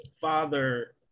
father